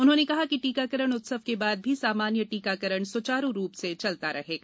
उन्होंने कहा कि टीकाकरण उत्सव के बाद भी सामान्य टीकाकरण सुचारू रूप से चलता रहेगा